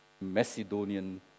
Macedonian